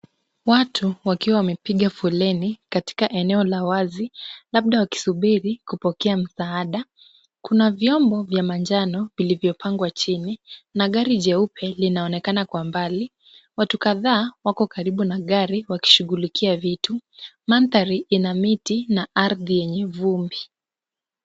Watu wakiwa wamepiga foleni katika eneo la wazi, labda wakisubiri kupokea msaada, kuna vyombo vya manjano vilivyopangwa chini na gari jeupe linaonekana kwa mbali, watu kadha wako karibu na gari wakishughulikia vitu, mandhari ina miti na ardhi yenye vumbi.